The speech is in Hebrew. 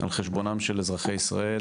על חשבונם של אזרחי ישראל